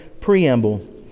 preamble